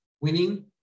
Winning